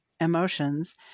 emotions